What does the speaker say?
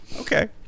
Okay